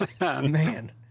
Man